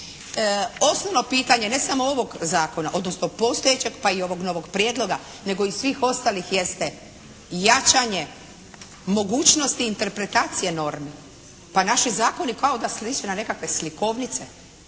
Osnovno pitanje, ne samo ovog Zakona, odnosno postojećeg pa i ovog novog Prijedloga, nego i svih ostalih jeste jačanje mogućnosti interpretacije normi. Pa naši zakoni kao da sliče na nekakve slikovnice.